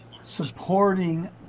supporting